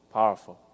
Powerful